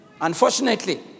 Unfortunately